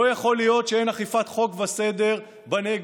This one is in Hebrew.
לא יכול להיות שאין אכיפת חוק וסדר בנגב,